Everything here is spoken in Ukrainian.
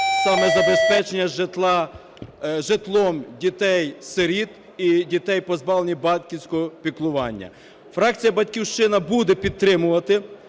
саме забезпечення житлом дітей-сиріт і дітей, позбавлених батьківського піклування. Фракція "Батьківщина" буде підтримувати